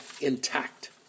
intact